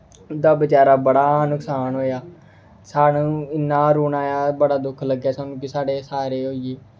उं'दा बचैरा बड़ा नुकसान होया सानूं इ'न्ना रोना आया बड़ा दुक्ख लग्गेआ सानूं कि साढ़े सारे होइये